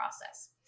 process